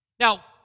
Now